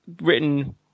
written